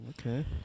Okay